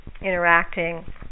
interacting